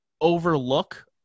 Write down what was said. overlook